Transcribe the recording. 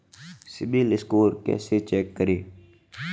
CIBIL score कैसे check करें?